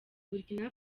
burkina